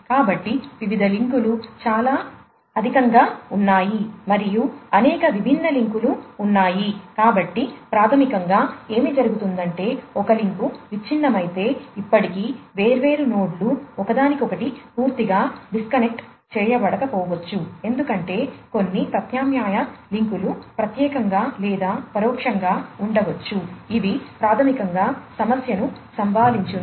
కాబట్టి వివిధ లింకులు చేయబడకపోవచ్చు ఎందుకంటే కొన్ని ప్రత్యామ్నాయ లింక్లు ప్రత్యక్షంగా లేదా పరోక్షంగా ఉండవచ్చు ఇవి ప్రాథమికంగా సమస్యను సంభాళించును